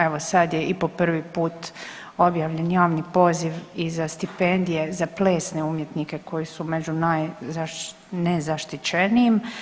Evo, sad je i po prvi put objavljen javni poziv i za stipendije za plesne umjetnike koji su među najnezaštićenijim.